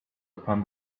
upon